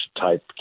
type